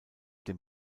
dem